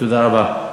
תודה רבה.